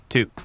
Two